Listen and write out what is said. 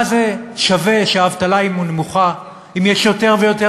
מה זה שווה שהאבטלה נמוכה אם יש יותר ויותר